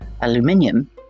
aluminium